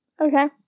Okay